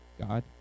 God